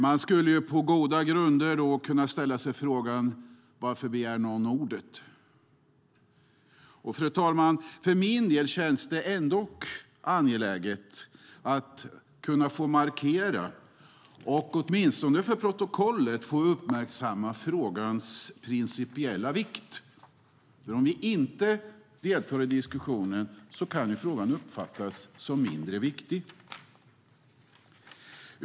Man skulle på goda grunder kunna ställa sig frågan: Varför begär någon ordet? Fru talman! För min del känns det angeläget att markera och åtminstone för protokollet få uppmärksamma frågans principiella vikt. Om vi inte deltar i diskussionen kan frågan uppfattas som mindre viktig.